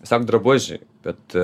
tiesiog drabužiai bet